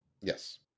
Yes